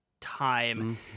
time